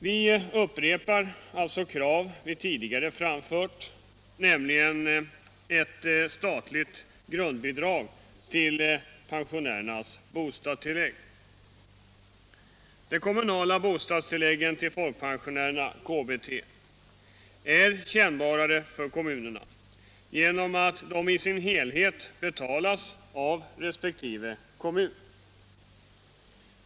Vi upprepar krav som vi tidigare framfört, nämligen krav på införande av ett statligt grundbidrag till pensionärernas bostadstillägg. De kommunala bostadstilläggen till folkpensionärerna, KBT, är ännu mer kännbara för kommunerna genom att de i sin helhet betalas av resp. kommun.